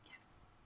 Yes